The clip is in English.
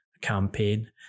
campaign